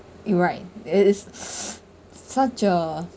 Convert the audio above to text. you're right it it s~ such a